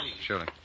Surely